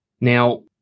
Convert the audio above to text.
now